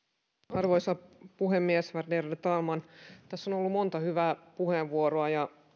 arvoisa puhemies värderade talman tässä on ollut monta hyvää puheenvuoroa ja